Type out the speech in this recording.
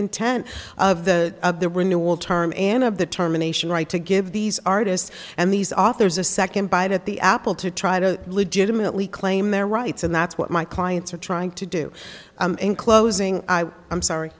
intent of the of the renewal term and of the terminations right to give these artists and these authors a second bite at the apple to try to legitimately claim their rights and that's what my clients are trying to do in closing i'm sorry